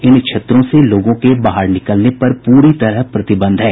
इन क्षेत्रों से लोगों के बाहर निकलने पर पूरी तरह प्रतिबंध है